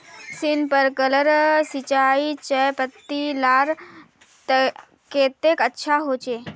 Sprinkler सिंचाई चयपत्ति लार केते अच्छा होचए?